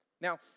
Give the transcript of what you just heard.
Now